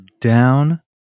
down